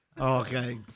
Okay